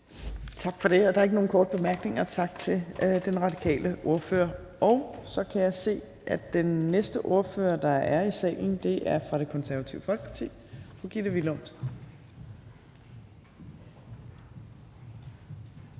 Tak for det. Og der er ikke nogen korte bemærkninger. Tak til den radikale ordfører. Og så kan jeg se, at den næste ordfører, der er i salen, er fra Det Konservative Folkeparti. Fru Gitte Willumsen,